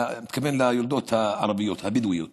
מתכוון ליולדות הערביות, הבדואיות